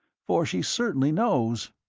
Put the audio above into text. for she certainly knows!